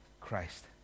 Christ